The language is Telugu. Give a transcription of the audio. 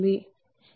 చివరికి Dab D